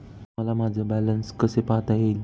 मला माझे बॅलन्स कसे पाहता येईल?